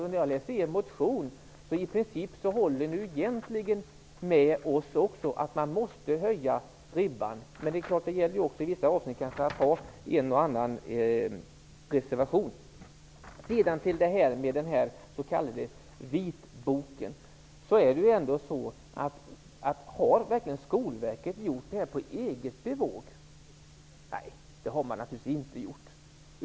När jag läser er motion ser jag att ni i princip håller med oss om att ribban måste höjas. Men det gäller kanske också i vissa avsnitt att ha en och annan reservation. Sedan vill jag ta upp frågan om den s.k. vitboken. Har Skolverket verkligen gjort det här på eget bevåg? Nej, det har man naturligtvis inte gjort.